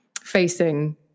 facing